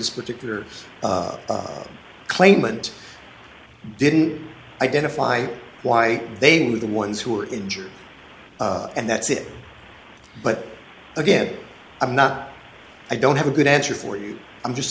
this particular claimant didn't identify why they were the ones who were injured and that's it but again i'm not i don't have a good answer for you i'm just